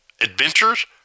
adventures